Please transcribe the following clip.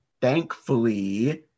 thankfully